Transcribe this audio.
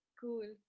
Cool